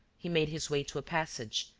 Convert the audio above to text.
he made his way to a passage,